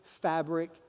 fabric